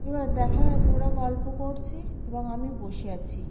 এবার দেখা গেছে ওরা গল্প করছে এবং আমি বসে আছি